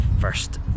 First